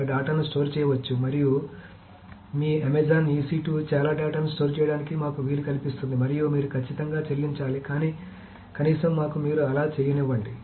ఒకరు డేటాను స్టోర్ చేయవచ్చు మరియు మీ అమెజాన్ EC2 చాలా డేటాను స్టోర్ చేయడానికి మాకు వీలు కల్పిస్తుంది మరియు మీరు ఉచితంగా చెల్లించాలి కానీ కనీసం మాకు మీరు అలా చేయనివ్వండి